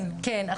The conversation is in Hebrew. כן, כן.